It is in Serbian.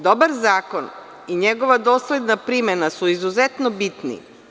Dobar zakon i njegova dosledna primena su izuzetno bitni.